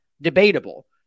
debatable